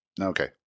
Okay